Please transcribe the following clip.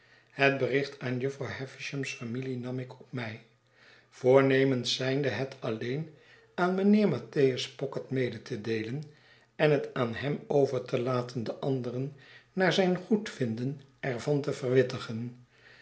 het bericht aan jufvrouw havisham's familie nam ik op mij voornemens zijnde het alleen aan mijnheer mattheiis pocket mede te deelen en het aan hem over te laten de anderen naar zijn goedvinden er van te verwittigen